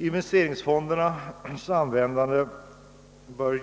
Investeringsfondernas «användande bör